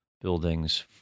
buildings